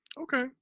Okay